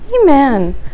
Amen